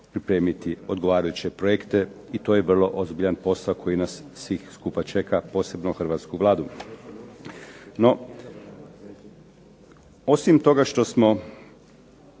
pripremiti odgovarajuće projekte i to je vrlo ozbiljan posao koje nas svih skupa čeka, a posebno hrvatsku Vladu. No, osim toga što smo